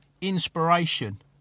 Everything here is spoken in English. inspiration